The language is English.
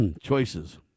choices